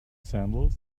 sandals